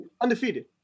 Undefeated